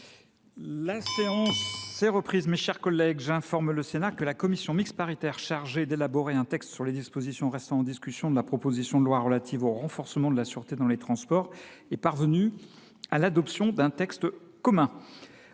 La séance est reprise. J’informe le Sénat que la commission mixte paritaire chargée d’élaborer un texte sur les dispositions restant en discussion de la proposition de loi relative au renforcement de la sûreté dans les transports est parvenue à l’adoption d’un texte commun.